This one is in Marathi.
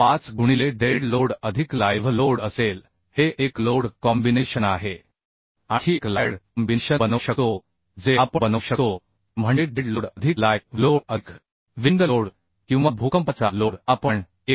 5 गुणिले डेड लोड अधिक लाइव्ह लोड असेल हे एक लोड कॉम्बिनेशन आहे आणखी एक लाॅड कॉम्बिनेशन बनवू शकतो जे आपण बनवू शकतो ते म्हणजे डेड लोड अधिक लाइ व्ह लोड अधिक विन्द लोड किंवा भूकंपाचा लोड आपण 1